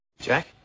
Jack